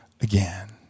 again